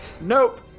Nope